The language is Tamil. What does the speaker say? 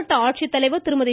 மாவட்ட ஆட்சித்தலைவர் திருமதி